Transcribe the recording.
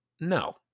No